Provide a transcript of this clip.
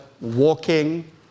walking